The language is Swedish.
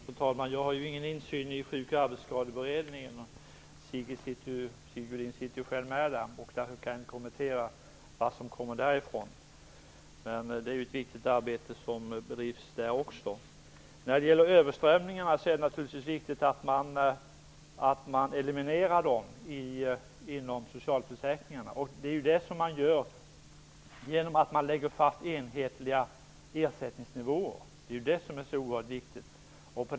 Fru talman! Jag har ingen insyn i Sjuk och arbetsskadekommittén. Sigge Godin däremot sitter med där och kan kommentera vad som kommer därifrån. Det är dock ett viktigt arbete som bedrivs där. Det är naturligtvis viktigt att eliminera överströmningarna inom socialförsäkringarna. Det är också det som görs i och med att enhetliga ersättningsnivåer läggs fast. Detta är oerhört viktigt.